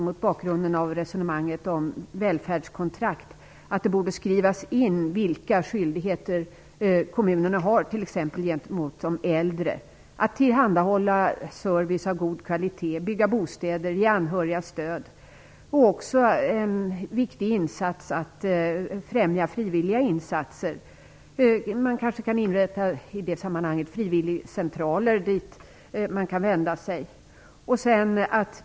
Mot bakgrund av resonemanget om välfärdskontrakt tycker jag att det borde skrivas in vilka skyldigheter kommunerna har t.ex. gentemot de äldre att tillhandahålla service av god kvalitet, bygga bostäder och ge anhöriga stöd. En viktig insats är också att främja frivilliga insatser. Det kanske kan inrättas frivilligcentraler dit man kan vända sig.